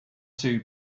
two